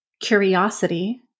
Curiosity